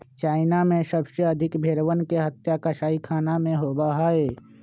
China में सबसे अधिक भेंड़वन के हत्या कसाईखाना में होबा हई